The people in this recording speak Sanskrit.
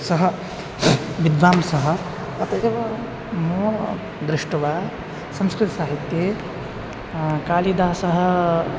सः विद्वांसः अतः एव मम दृष्ट्वा संस्कृतसाहित्ये कालिदासः